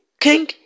King